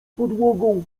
podłogą